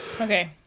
Okay